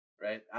right